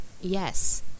yes